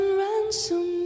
ransom